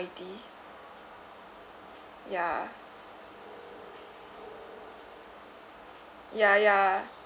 ~I_T ya ya ya